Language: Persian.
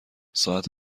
ساعت